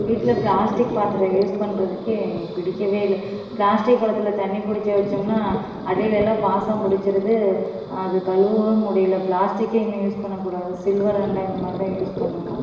வீட்டில் ப்ளாஸ்டிக் பாத்திரம் யூஸ் பண்ணுறதுக்கே எனக்கு பிடிக்கவே இல்லை ப்ளாஸ்டிக் குடத்துல தண்ணி பிடிச்சி வைச்சோம்னா அடியில் எல்லாம் பாசம் பிடிச்சிருது அது கழுவவும் முடியலை ப்ளாஸ்டிக்கே இனிமேல் யூஸ் பண்ணக்கூடாது சில்வர் அண்டா இந்த மாதிரி தான் யூஸ் பண்ணணும்